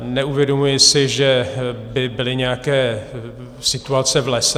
Neuvědomuji si, že by byly nějaké situace v lese.